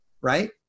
right